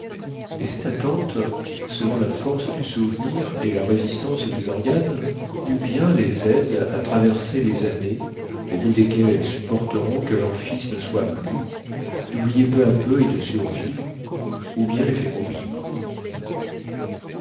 et cette attente selon la force du souvenir et la résistance des organes ou bien les aide à traverser les années au bout desquelles elles supporteront que leur fils ne soit plus d'oublier peu à peu et de survivre ou bien les fait mourir